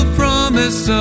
promise